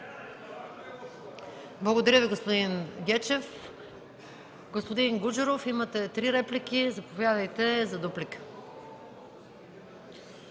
Благодаря Ви, господин Гечев. Господин Гуджеров, имате три реплики – заповядайте за дуплика.